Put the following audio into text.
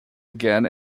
again